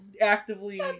actively